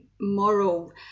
moral